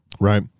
Right